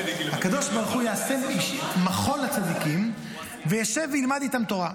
הקדוש ברוך הוא יעשה מחול לצדיקים וישב וילמד איתם תורה.